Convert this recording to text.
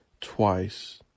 twice